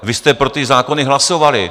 Vy jste pro ty zákony hlasovali.